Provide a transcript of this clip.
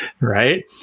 right